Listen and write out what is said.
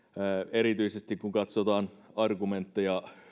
erityisesti kun katsotaan argumentteja